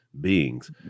beings